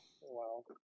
Wow